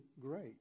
great